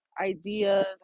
ideas